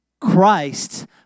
Christ